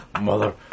Mother